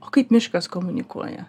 o kaip miškas komunikuoja